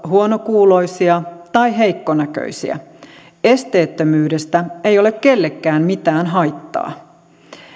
huonokuuloisia tai heikkonäköisiä esteettömyydestä ei ole kenellekään mitään haittaa